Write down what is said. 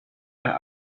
las